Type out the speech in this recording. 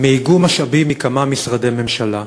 הוא מאיגום משאבים מכמה משרדי ממשלה.